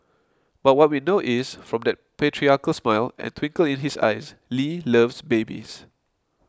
but what we know is from that patriarchal smile and twinkle in his eyes Lee loves babies